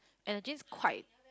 and that jeans quite